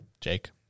Jake